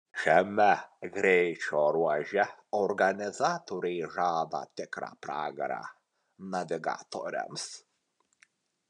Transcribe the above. šiame greičio ruože organizatoriai žada tikrą pragarą navigatoriams